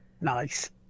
Nice